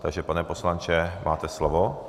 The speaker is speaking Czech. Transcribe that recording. Takže pane poslanče, máte slovo.